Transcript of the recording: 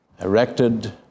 erected